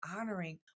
honoring